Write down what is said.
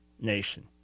nation